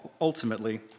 ultimately